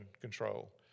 control